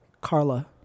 carla